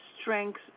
strength